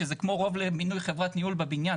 שזה כמו רוב למינוי חברת ניהול בבניין.